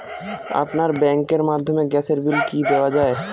আপনার ব্যাংকের মাধ্যমে গ্যাসের বিল কি দেওয়া য়ায়?